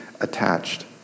attached